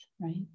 right